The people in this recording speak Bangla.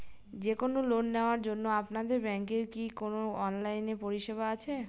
যে কোন লোন নেওয়ার জন্য আপনাদের ব্যাঙ্কের কি কোন অনলাইনে পরিষেবা আছে?